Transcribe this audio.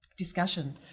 discussion.